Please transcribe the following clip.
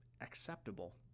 acceptable